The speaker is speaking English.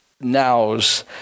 now's